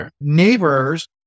neighbors